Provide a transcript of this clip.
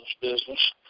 business